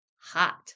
hot